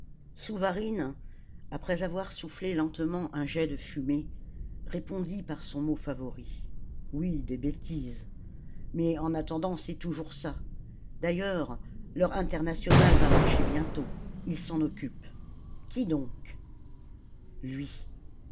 souvarine après avoir soufflé lentement un jet de fumée répondit par son mot favori oui des bêtises mais en attendant c'est toujours ça d'ailleurs leur internationale va marcher bientôt il s'en occupe qui donc lui